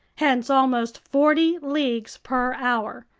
hence almost forty leagues per hour.